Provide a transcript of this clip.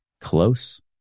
close